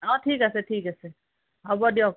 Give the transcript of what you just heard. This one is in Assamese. অ' ঠিক আছে ঠিক আছে হ'ব দিয়ক